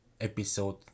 episode